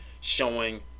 showing